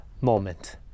moment